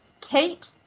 Kate